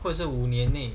或者五年内